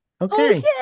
okay